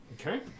Okay